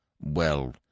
Well